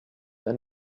and